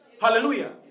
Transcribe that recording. Hallelujah